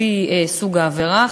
לפי סוג העבירה,